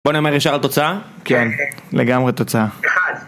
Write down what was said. בוא נהמר ישר על התוצאה? כן. לגמרי תוצאה. אחד.